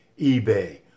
eBay